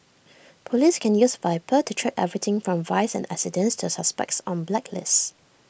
Police can use Viper to track everything from vice and accidents to suspects on blacklists